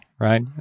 Right